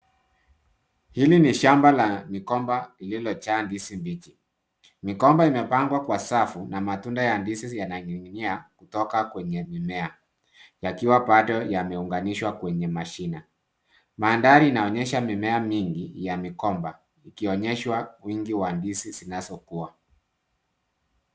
Hili ni shamba la migomba lililo jaa ndizi mbichi, migomba ime pangwa kwa safu na matunda ya ndizi yana ninginia kutoka kwenye mimea, yakiwa bado yameungamishwa kwenye mashina. Mandhari ina onyesha mimea mingi ya migomba ikionyeshwa wingi wa ndizi zinazo kua.